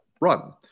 run